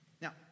Now